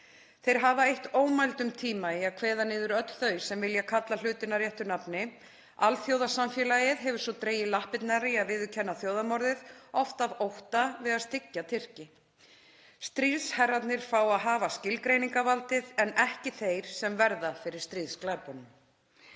Þeir hafa eytt ómældum tíma í að kveða niður öll þau sem vilja kalla hlutina réttu nafni. Alþjóðasamfélagið hefur svo dregið lappirnar í að viðurkenna þjóðarmorðið, oft af ótta við að styggja Tyrki. Stríðsherrarnir fá að hafa skilgreiningarvaldið en ekki þeir sem verða fyrir stríðsglæpunum.